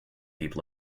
deep